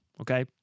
Okay